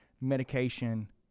medication